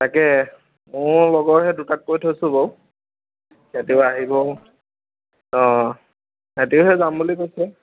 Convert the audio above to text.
তাকে মোৰ লগৰ সেই দুটাক কৈ থৈছোঁ বাৰু সিহঁতিও আহিব অঁ সিহঁতিও সেই যাম বুলি কৈছে